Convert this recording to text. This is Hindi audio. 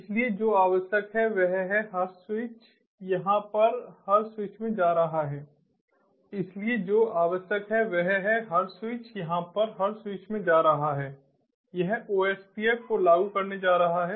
इसलिए जो आवश्यक है वह है हर स्विच यहाँ पर हर स्विच में जा रहा है यह OSPF को लागू करने जा रहा है